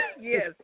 Yes